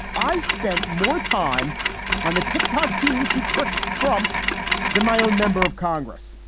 i spent more time on the tick tock teens who tricked trump than my own member of congress.